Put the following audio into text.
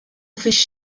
fix